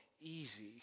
easy